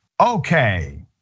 Okay